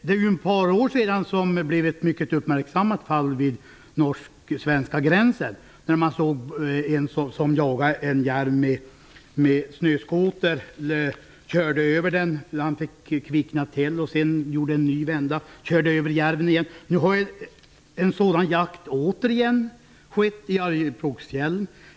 Det fanns ett uppmärksammat fall för ett par år sedan vid norsk-svenska gränsen, där någon med snöskoter jagade en järv. Järven kördes över. Efter att han kvicknat till gjordes en ny vända då järven kördes över igen. Nu har en sådan jakt återigen skett i Arjeplogsfjällen.